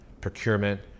procurement